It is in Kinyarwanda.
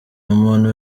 umuntu